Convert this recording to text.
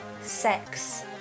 sex